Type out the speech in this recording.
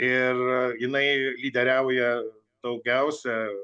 ir jinai lyderiauja daugiausia